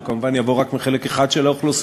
הוא כמובן יבוא רק מחלק אחד של האוכלוסייה,